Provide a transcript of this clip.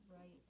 right